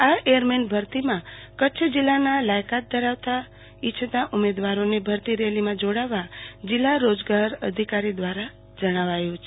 આ એરમેન ભરતીમાં કચ્છ જીલ્લાના લાયકાત ધરાવતા ઉમેદવારોને ભરતી રેલીમાં જોડવા જીલ્લા રોજગાર અધિકારી દ્વારા જણાવ્યું છે